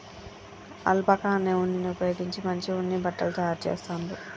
alpaca అనే ఉన్నిని ఉపయోగించి మంచి ఉన్ని బట్టలు తాయారు చెస్తాండ్లు